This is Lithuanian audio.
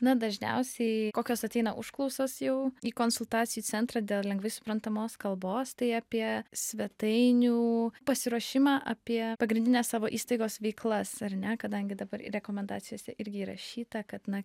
na dažniausiai kokios ateina užklausos jau į konsultacijų centrą dėl lengvai suprantamos kalbos tai apie svetainių pasiruošimą apie pagrindines savo įstaigos veiklas ar ne kadangi dabar ir rekomendacijose irgi įrašyta kad na